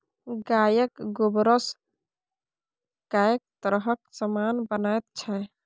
गायक गोबरसँ कैक तरहक समान बनैत छै